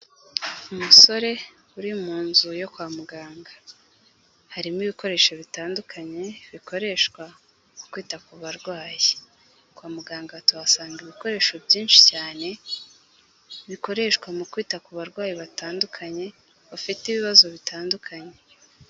Umusore uri mu nzu yo kwa muganga, harimo ibikoresho bitandukanye bikoreshwa mu kwita ku barwayi, kwa muganga tuhasanga ibikoresho byinshi cyane bikoreshwa mu kwita ku barwayi batandukanye, bafite ibibazo bitandukanye.